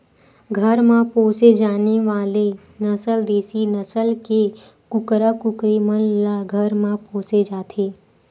घर म पोसे जाने वाले नसल देसी नसल के कुकरा कुकरी मन ल घर म पोसे जाथे